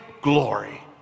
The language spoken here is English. glory